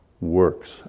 works